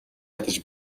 ядаж